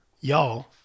y'all